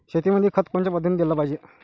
शेतीमंदी खत कोनच्या पद्धतीने देलं पाहिजे?